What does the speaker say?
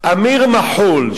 אמיר מח'ול,